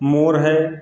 मोर है